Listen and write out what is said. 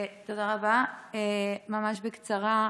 ממש בקצרה.